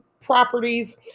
properties